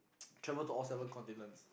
travel to all seven continents